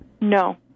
No